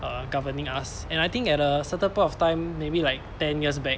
uh governing us and I think at a certain point of time maybe like ten years back